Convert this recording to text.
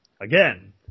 Again